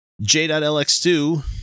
J.LX2